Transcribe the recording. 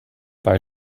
bei